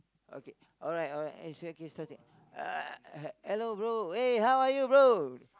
okay alright alright is okay okay uh h~ hello bro eh how are you bro